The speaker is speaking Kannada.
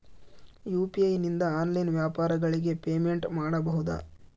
ಯು.ಪಿ.ಐ ನಿಂದ ಆನ್ಲೈನ್ ವ್ಯಾಪಾರಗಳಿಗೆ ಪೇಮೆಂಟ್ ಮಾಡಬಹುದಾ?